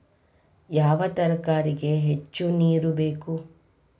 ಯಾವ ತರಕಾರಿಗೆ ಹೆಚ್ಚು ನೇರು ಬೇಕು?